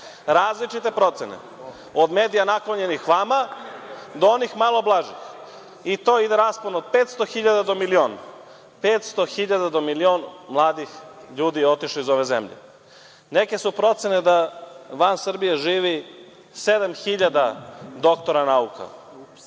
su procene, od medija naklonjenih vama do onih malo blažih. Ide raspon od 500.000 do milion. Dakle, 500.000 do milion mladih ljudi je otišlo iz ove zemlje. Neke su procene da van Srbije živi 7.000 doktora nauka.